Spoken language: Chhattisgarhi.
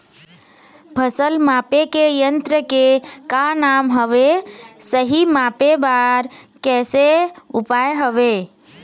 फसल मापे के यन्त्र के का नाम हवे, सही मापे बार कैसे उपाय हवे?